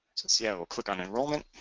and see i will click on enrollment